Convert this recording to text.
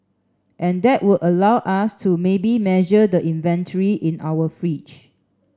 and that would allow us to maybe measure the inventory in our fridge